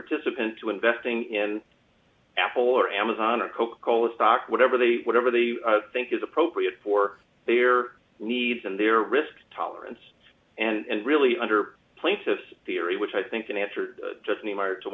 participant to investing in apple or amazon or coca cola stock whatever they whatever they think is appropriate for their needs and their risk tolerance and really under plaintiff's theory which i think an answer just niemeyer to